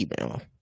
email